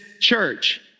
church